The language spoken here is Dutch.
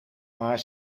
maar